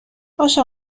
باشه